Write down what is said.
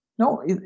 No